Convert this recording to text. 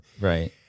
Right